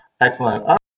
excellent